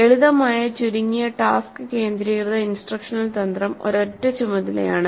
ലളിതമായ ചുരുങ്ങിയ ടാസ്ക് കേന്ദ്രീകൃത ഇൻസ്ട്രക്ഷണൽ തന്ത്രം ഒരൊറ്റ ചുമതലയാണ്